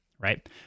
Right